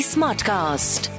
Smartcast